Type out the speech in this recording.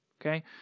okay